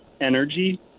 energy